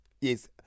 Yes